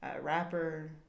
rapper